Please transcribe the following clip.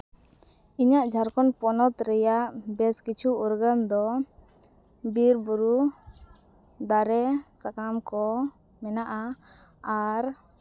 ᱤᱧᱟᱹᱜ ᱡᱷᱟᱨᱠᱷᱚᱸᱰ ᱯᱚᱱᱚᱛ ᱨᱮᱭᱟᱜ ᱵᱮᱥ ᱠᱤᱪᱷᱩ ᱩᱨᱜᱟᱹᱱ ᱫᱚ ᱵᱤᱨ ᱵᱩᱨᱩ ᱫᱟᱨᱮ ᱥᱟᱠᱟᱢ ᱠᱚ ᱢᱮᱱᱟᱜᱼᱟ ᱟᱨ